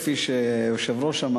כפי שהיושב-ראש אמר,